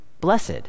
blessed